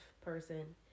person